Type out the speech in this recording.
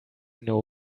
know